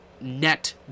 net